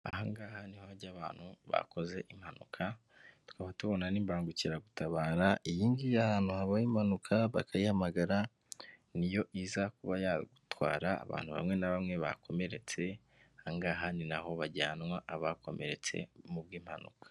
Ahangaha niho hajya abantu bakoze impanuka tukaba tubona n'imbangukiragutabarayingi ahantu habaye impanuka bakayamagara, niyo iza kuba yagutwara abantu bamwe na bamwe bakomeretse hanha ni naho bajyanwa abakomeretse ku bw'impanuka.